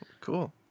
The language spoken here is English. Cool